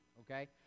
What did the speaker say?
okay